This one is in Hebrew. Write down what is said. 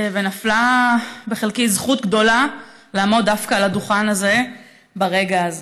ונפלה בחלקי זכות גדולה לעמוד דווקא על הדוכן הזה ברגע כזה.